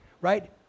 right